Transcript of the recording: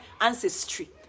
ancestry